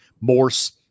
Morse